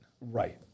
right